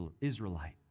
Israelite